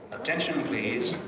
attention, please.